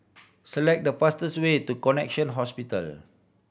select the fastest way to Connexion Hospital